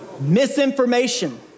Misinformation